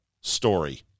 story